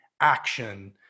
action